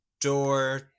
door